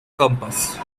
compass